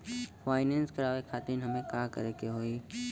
Finance करावे खातिर हमें का करे के होई?